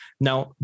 Now